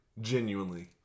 genuinely